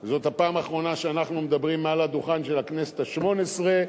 זאת הפעם האחרונה שאנחנו מדברים מעל הדוכן של הכנסת השמונה-עשרה.